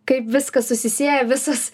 kaip viskas susisieja visos